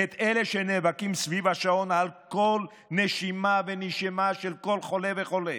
את אלה שנאבקים סביב השעון על כל נשימה ונשימה של כל חולה וחולה?